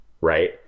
right